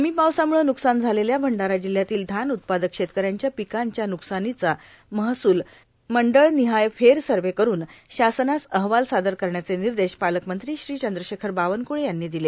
कमी पावसामुळे न्कसान झालेल्या भंडारा जिल्ह्यातील धान उत्पादक शेतकऱ्यांच्या र्यापकाच्या नुकसानीचा महसूल मंडळ र्मिहाय फेर सव्ह करून शासनास अहवाल सादर करण्याचे र्वानदश पालकमंत्री श्री चंद्रशेखर बावनकुळे यांनी र्वादले